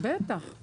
בטח.